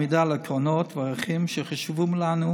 עמידה על עקרונות וערכים שחשובים לנו: